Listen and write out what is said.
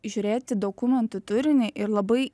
žiūrėti dokumentų turinį ir labai